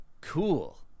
Cool